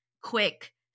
quick